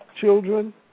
children